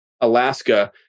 Alaska